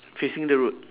facing the road